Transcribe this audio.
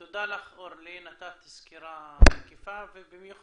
אוקיי, תודה לך, אורלי, נתת סקירה מקיפה ובמיוחד